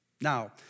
Now